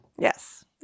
Yes